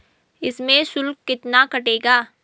इसमें शुल्क कितना कटेगा?